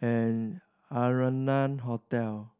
and Arianna Hotel